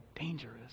dangerous